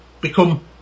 become